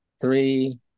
three